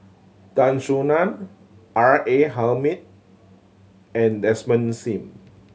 Tan Soo Nan R A Hamid and Desmond Sim